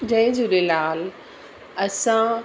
जय झूलेलाल असां